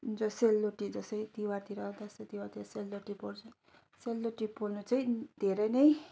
जो सेलरोटी जसै तिवारतिर दसैँ तिवारतिर सेलरोटी पोल्छ सेलरोटी पोल्नु चाहिँ धेरै नै